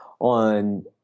on